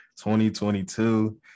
2022